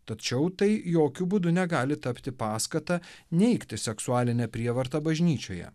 tačiau tai jokiu būdu negali tapti paskata neigti seksualinę prievartą bažnyčioje